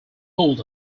pulled